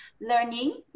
learning